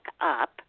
up